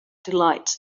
delight